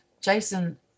Jason